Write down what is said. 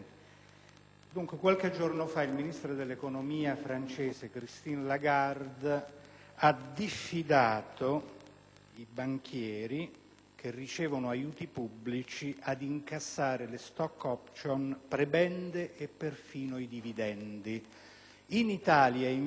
i banchieri che ricevono aiuti pubblici dall'incassare *stock option*, prebende e perfino i dividendi. In Italia, invece, è stato approvato un decreto che dà aiuti pubblici ai banchieri privati.